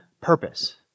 purpose